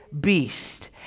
beast